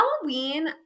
Halloween